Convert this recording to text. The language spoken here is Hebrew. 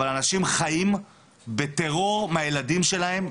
אבל אנשים חיים בטרור מהילדים שלהם,